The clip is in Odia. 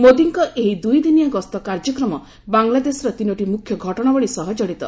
ମୋଦୀଙ୍କ ଏହି ଦୁଇଦିନିଆ ଗସ୍ତ କାର୍ଯ୍ୟକ୍ରମ ବାଂଲାଦେଶର ତିନୋଟି ମୁଖ୍ୟ ଘଟଣାବଳୀ ସହ କଡ଼ିତ